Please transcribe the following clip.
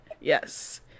Yes